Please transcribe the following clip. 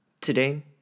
Today